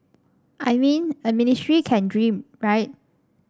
I mean a ministry can dream right